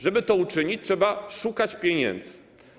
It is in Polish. Żeby to uczynić, trzeba szukać pieniędzy.